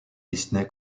disney